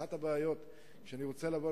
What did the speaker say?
אחת הבעיות כשאני רוצה לבוא,